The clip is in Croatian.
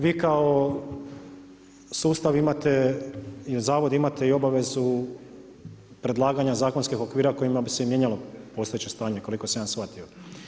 Vi kao sustav imate, zavod imate i obavezu predlaganja zakonskih okvira kojima bi se mijenjalo postojeće stanje koliko sam ja shvatio.